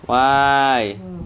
why